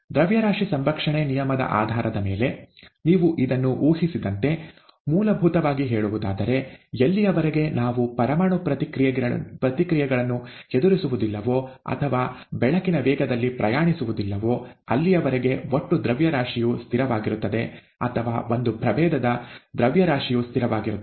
ದ್ರವ್ಯರಾಶಿ ಸಂರಕ್ಷಣೆ ನಿಯಮದ ಆಧಾರದ ಮೇಲೆ ನೀವು ಇದನ್ನು ಊಹಿಸಿದಂತೆ ಮೂಲಭೂತವಾಗಿ ಹೇಳುವುದಾದರೆ ಎಲ್ಲಿಯವರೆಗೆ ನಾವು ಪರಮಾಣು ಪ್ರತಿಕ್ರಿಯೆಗಳನ್ನು ಎದುರಿಸುವುದಿಲ್ಲವೋ ಅಥವಾ ಬೆಳಕಿನ ವೇಗದಲ್ಲಿ ಪ್ರಯಾಣಿಸುವುದಿಲ್ಲವೋ ಅಲ್ಲಿಯವರೆಗೆ ಒಟ್ಟು ದ್ರವ್ಯರಾಶಿಯು ಸ್ಥಿರವಾಗಿರುತ್ತದೆ ಅಥವಾ ಒಂದು ಪ್ರಭೇದದ ದ್ರವ್ಯರಾಶಿಯು ಸ್ಥಿರವಾಗಿರುತ್ತದೆ